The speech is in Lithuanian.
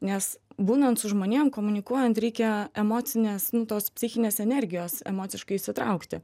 nes būnant su žmonėm komunikuojant reikia emocinės nu tos psichinės energijos emociškai įsitraukti